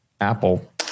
apple